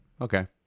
Okay